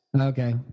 Okay